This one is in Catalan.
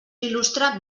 il·lustra